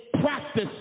practice